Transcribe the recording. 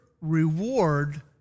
reward